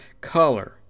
color